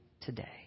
today